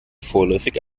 vorläufig